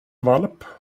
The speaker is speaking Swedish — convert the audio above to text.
valp